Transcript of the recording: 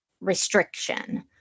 restriction